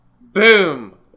Boom